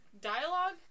dialogue